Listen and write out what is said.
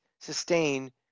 sustain